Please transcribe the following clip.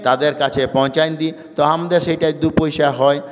তাদের কাছে পৌঁছিয়ে দিই তো আমাদের সেটায় দু পয়সা হয়